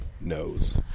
Knows